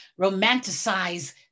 romanticize